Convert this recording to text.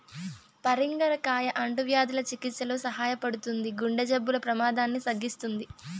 పరింగర కాయ అంటువ్యాధుల చికిత్సలో సహాయపడుతుంది, గుండె జబ్బుల ప్రమాదాన్ని తగ్గిస్తుంది